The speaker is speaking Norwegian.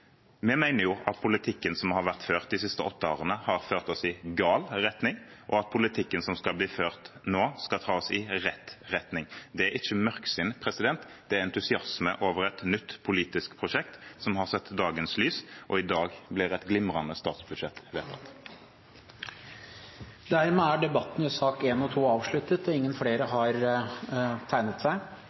at politikken som har vært ført de siste åtte årene, har ført oss i gal retning, og at politikken som skal bli ført nå, skal ta oss i rett retning. Det er ikke mørksinn. Det er entusiasme over et nytt politisk prosjektet som har sett dagens lys, og i dag blir et glimrende statsbudsjett